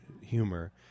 humor